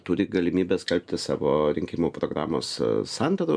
turi galimybę skelbti savo rinkimų programos a santrauką